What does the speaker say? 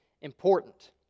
important